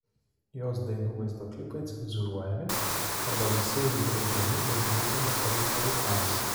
jos dainų vaizdo klipai cenzūruojami arba visai uždraudžiami dėl neigiamo poveikio vaikams